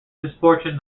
misfortune